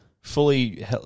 Fully